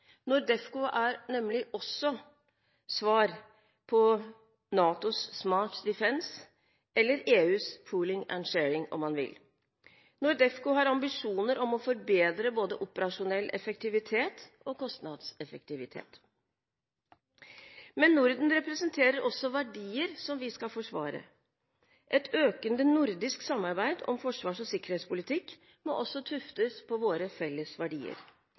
NORDEFCO er nemlig også svar på NATOs «Smart Defence» eller EUs «Pooling and Sharing», om man vil. NORDEFCO har ambisjoner om å forbedre både operasjonell effektivitet og kostnadseffektivitet. Men Norden representerer også verdier som vi skal forsvare. Et økende nordisk samarbeid om forsvars- og sikkerhetspolitikk må også tuftes på våre felles verdier.